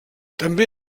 també